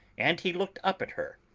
and he looked up at her,